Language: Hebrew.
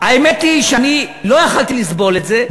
האמת היא שאני לא יכולתי לסבול את זה,